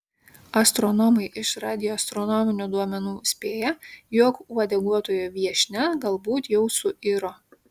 astronomai iš radioastronominių duomenų spėja jog uodeguotoji viešnia galbūt jau suiro